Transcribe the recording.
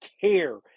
care